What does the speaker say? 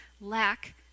lack